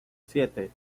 siete